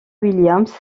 williams